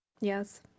yes